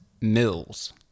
Mills